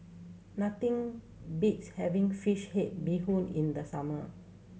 nothing beats having fish head bee hoon in the summer